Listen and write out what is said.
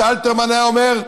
שאלתרמן היה אומר,